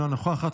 אינה נוכחת,